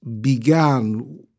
began